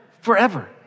Forever